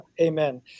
amen